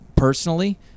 Personally